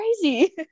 crazy